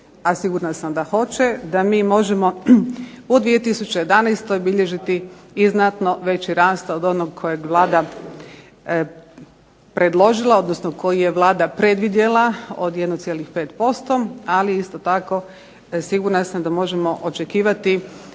a sigurna sam da hoće, da mi možemo u 2011. bilježiti i znatno veći rast od onog kojeg je Vlada predložila, odnosno kojeg je Vlada predvidjela od 1,5%, ali isto tako sigurna sam da možemo očekivati